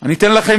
רק אחרי חצי שעה.